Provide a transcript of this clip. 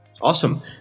Awesome